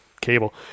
cable